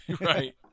Right